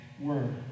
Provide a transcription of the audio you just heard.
word